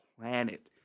planet